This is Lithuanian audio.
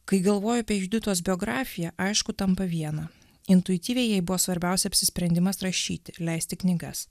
kai galvoju apie juditos biografiją aišku tampa viena intuityviai jai buvo svarbiausia apsisprendimas rašyti leisti knygas